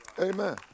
Amen